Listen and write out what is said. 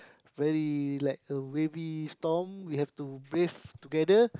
very like a wavy storm we have to brave together